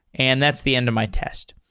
and that's the end of my test.